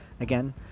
Again